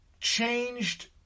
changed